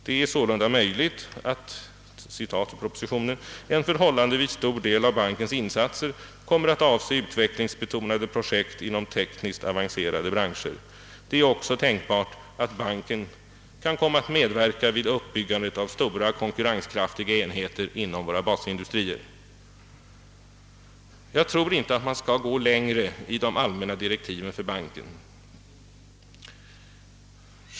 Det är sålunda möjligt att »en förhållandevis stor del av bankens insatser kommer att avse innovationsoch utvecklingsbetonade projekt inom tekniskt avancerade branscher. Det är också tänkbart att banken kan komma att medverka vid uppbyggandet av stora, konkurrenskraftiga enheter inom basindustrierna.» Jag tror inte att man skall gå längre i de allmänna direktiven för banken.